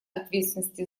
ответственности